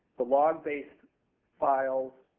the log-based files